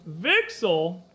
Vixel